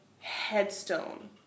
headstone